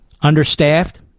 understaffed